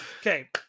okay